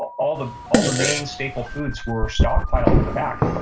all the all the main staple foods were stockpiled in the back.